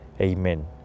Amen